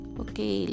okay